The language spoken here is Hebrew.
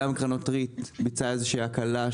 גם קרנות ריט ביצעה איזושהי הקלה,